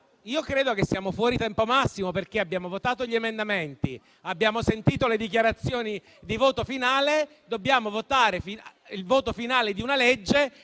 Io credo che siamo fuori tempo massimo, perché abbiamo votato gli emendamenti, abbiamo sentito le dichiarazioni di voto finali e dobbiamo votare il disegno di legge